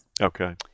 Okay